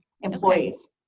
employees